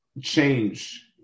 change